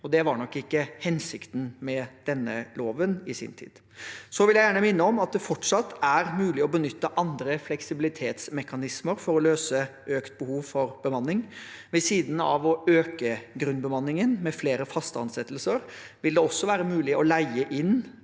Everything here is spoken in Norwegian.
Det var nok ikke hensikten med denne loven i sin tid. Så vil jeg gjerne minne om at det fortsatt er mulig å benytte andre fleksibilitetsmekanismer for å løse økt behov for bemanning. Ved siden av å øke grunnbemanningen med flere faste ansettelser vil det også være mulig å leie inn